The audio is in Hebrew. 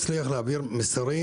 מצליח להעביר מסרים